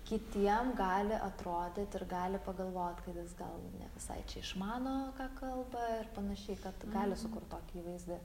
kitiem gali atrodyt ir gali pagalvot kad jis gal ne visai čia išmano ką kalba ir panašiai kad gali sukurt tokį įvaizdį